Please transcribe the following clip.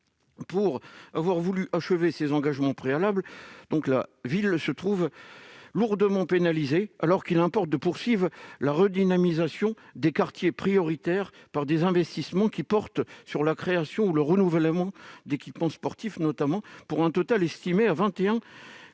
pour avoir voulu achever ses engagements préalables, la ville se trouve lourdement pénalisée, alors qu'il importe de poursuivre la redynamisation des quartiers prioritaires, par des investissements qui portent notamment sur la création ou le renouvellement d'équipements sportifs, pour un total estimé à 21